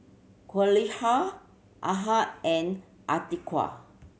Qalisha Ahad and Atiqah